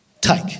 take